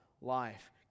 life